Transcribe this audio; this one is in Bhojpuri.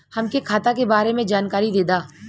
हमके खाता के बारे में जानकारी देदा?